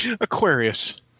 Aquarius